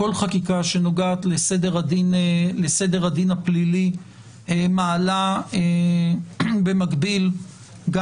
כל חקיקה שנוגעת לסדר הדין הפלילי מעלה במקביל גם